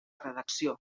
redacció